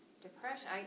depression